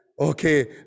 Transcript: Okay